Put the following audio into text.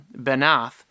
Benath